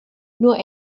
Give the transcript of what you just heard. nur